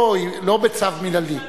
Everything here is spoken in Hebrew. לא בצו מינהלי,